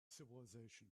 civilization